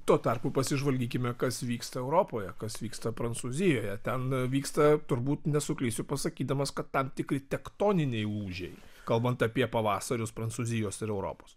tuo tarpu pasižvalgykime kas vyksta europoje kas vyksta prancūzijoje ten vyksta turbūt nesuklysiu pasakydamas kad tam tikri tektoniniai lūžiai kalbant apie pavasarius prancūzijos ir europos